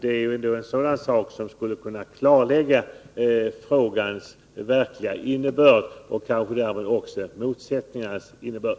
Det skulle kunna klarlägga frågans verkliga innebörd och kanske även motsättningarnas innebörd.